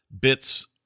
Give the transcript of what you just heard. bits